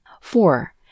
Four